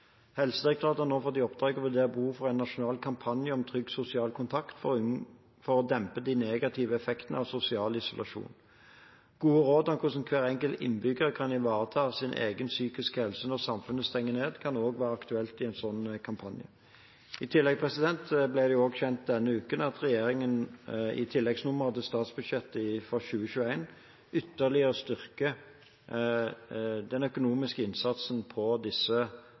Helsedirektoratet har nå fått i oppdrag å vurdere behovet for en nasjonal kampanje om trygg sosial kontakt for å dempe de negative effektene av sosial isolasjon. Gode råd om hvordan hver enkelt innbygger kan ivareta sin egen psykiske helse når samfunnet stenger ned, kan være aktuelt i en slik kampanje. I tillegg ble det denne uken kjent at regjeringen i tilleggsnummeret til statsbudsjettet for 2021 ytterligere styrker den økonomiske innsatsen på disse